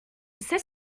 c’est